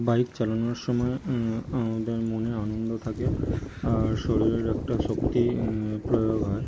bike চালানোর সময় আমাদের মনে আনন্দ থাকে আর শরীরের একটা শক্তি প্রয়োগ হয়